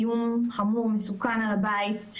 איום חמור ומסוכן על הבית.